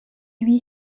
lui